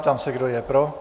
Ptám se, kdo je pro.